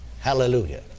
Hallelujah